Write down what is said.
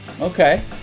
Okay